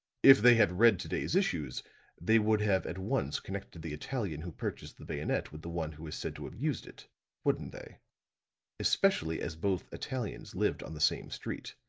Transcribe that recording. if they had read to-day's issues they would have at once connected the italian who purchased the bayonet with the one who is said to have used it wouldn't they especially as both italians lived on the same street?